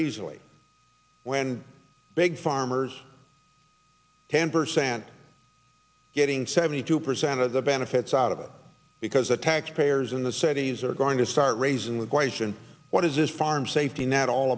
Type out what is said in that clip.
easily when big farmers can percent getting seventy two percent of the benefits out of it because the tax payers in the cities are going to start raising the question what is this farm safety net all